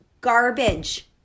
garbage